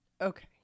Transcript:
okay